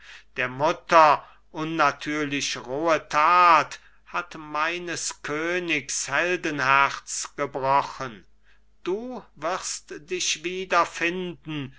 der mutter unnatürlich rohe tat hat meines königs heldenherz gebrochen du wirst dich wiederfinden